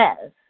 says